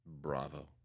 Bravo